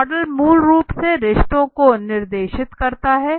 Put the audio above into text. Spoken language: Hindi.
मॉडल मूल रूप से रिश्तों को निर्दिष्ट करते हैं